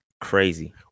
Crazy